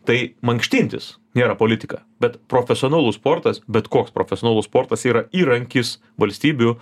tai mankštintis nėra politika bet profesionalus sportas bet koks profesionalus sportas yra įrankis valstybių